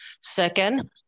Second